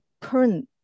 current